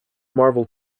marvel